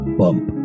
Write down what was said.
bump